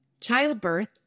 childbirth